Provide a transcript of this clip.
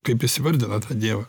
kaip jis įvardina tą dievą